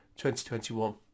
2021